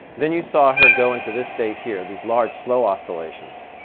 then you saw her go into this state here, these large, slow oscillations.